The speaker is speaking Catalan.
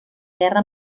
guerra